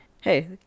hey